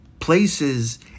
places